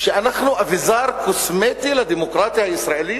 חשב שאנחנו אביזר קוסמטי לדמוקרטיה הישראלית?